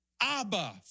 Abba